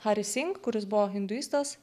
hari sink kuris buvo induistas